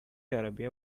arabia